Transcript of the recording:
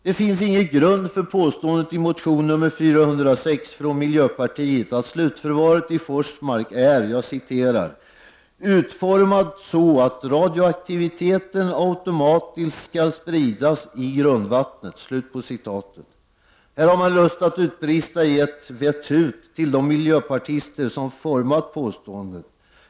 Det finns ingen grund för påståendet i motionen nr 406 från miljöpartiet att slutförvaret i Forsmark är ”utformat så att radioaktiviteten automatiskt skall spridas i grundvattnet”. Här har man lust att utbrista i ett ”Vet hut!” till de miljöpartister som format påståendet.